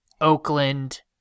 Oakland